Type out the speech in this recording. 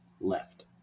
left